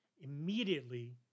Immediately